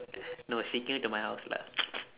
no she came to my house lah